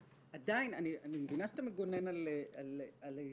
אני מבינה שאתה מגונן על היצירה שלכם.